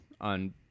on